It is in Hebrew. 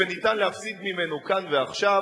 ואפשר להפסיד ממנו כאן ועכשיו,